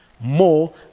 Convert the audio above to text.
more